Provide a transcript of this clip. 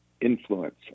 influence